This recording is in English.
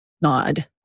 nod